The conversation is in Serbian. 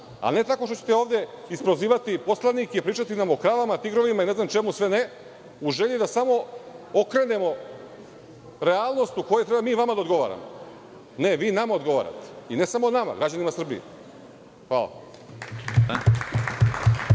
ne tako što ćete ovde isprozivati poslanike, pričati nam o kravama, tigrovima i ne znam čemu sve ne, u želji da samo okrenemo realnost u kojoj treba mi vama da odgovaramo. Ne, vi nama odgovarate i građanima Srbije.